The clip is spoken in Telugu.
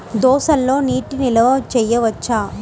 దోసలో నీటి నిల్వ చేయవచ్చా?